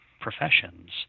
professions